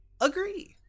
agree